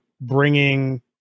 bringing